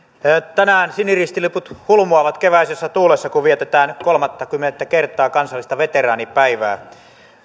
tänään siniristiliput hulmuavat keväisessä tuulessa kun vietetään kolmaskymmenes kertaa kansallista veteraanipäivää